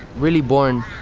really boring.